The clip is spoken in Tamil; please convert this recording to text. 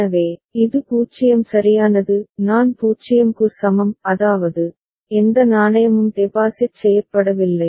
எனவே இது 0 சரியானது நான் 0 க்கு சமம் அதாவது எந்த நாணயமும் டெபாசிட் செய்யப்படவில்லை